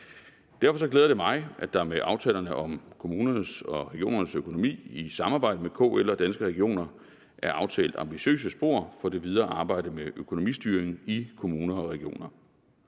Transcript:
Derfor glæder det mig, at der med aftalerne om kommunernes og regionernes økonomi i samarbejde med KL og Danske Regioner er aftalt ambitiøse spor for det videre arbejde med økonomistyring i kommuner og regioner.